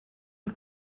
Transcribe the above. mit